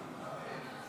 רבה.